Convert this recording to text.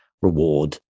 reward